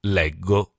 leggo